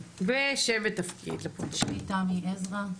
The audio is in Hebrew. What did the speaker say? שמי תמי עזרא,